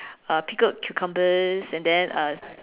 uh pickled cucumbers and then uh